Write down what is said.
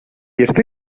estoy